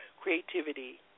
creativity